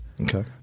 Okay